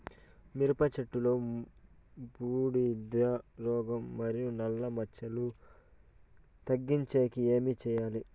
మిరప చెట్టులో బూడిద రోగం మరియు నల్ల మచ్చలు తగ్గించేకి ఏమి చేయాలి?